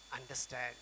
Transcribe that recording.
understand